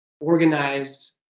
organized